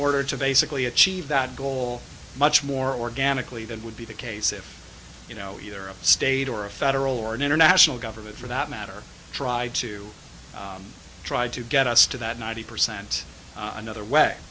order to basically achieve that goal much more organically than would be the case if you know you're a state or a federal or an international government for that matter try to try to get us to that ninety percent another way